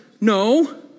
no